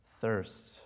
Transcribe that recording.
thirst